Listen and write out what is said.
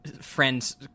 friends